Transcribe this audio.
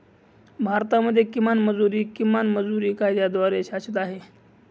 भारतामध्ये किमान मजुरी, किमान मजुरी कायद्याद्वारे शासित आहे